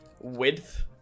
width